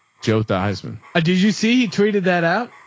joe theismann. i did you see tweeted that out?